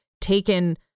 taken